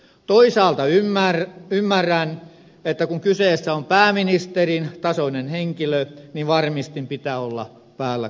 toisaalta ymmärrän että kun kyseessä on pääministerin tasoinen henkilö niin varmistimen pitää olla päällä koko ajan